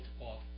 off